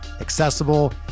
accessible